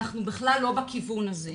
אנחנו בכלל לא בכיוון הזה.